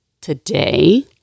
today